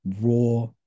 raw